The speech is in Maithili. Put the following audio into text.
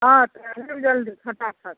हँ तऽ आबि जाउ जल्दी फटा फट